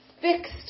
fixed